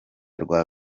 rwa